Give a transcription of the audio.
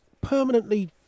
permanently